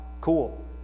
cool